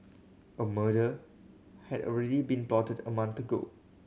a murder had already been plotted a month ago